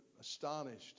astonished